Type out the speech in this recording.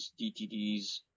dtds